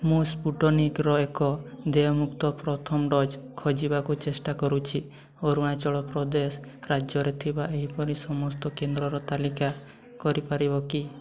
ମୁଁ ସ୍ପୁଟନିକ୍ର ଏକ ଦେୟମୁକ୍ତ ପ୍ରଥମ ଡୋଜ୍ ଖୋଜିବାକୁ ଚେଷ୍ଟା କରୁଛି ଅରୁଣାଚଳ ପ୍ରଦେଶ ରାଜ୍ୟରେ ଥିବା ଏହିପରି ସମସ୍ତ କେନ୍ଦ୍ରର ତାଲିକା କରିପାରିବ କି